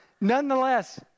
Nonetheless